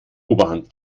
oberhand